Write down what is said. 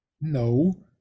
No